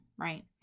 right